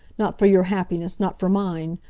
not for your happiness, not for mine.